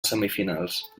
semifinals